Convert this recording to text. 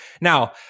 Now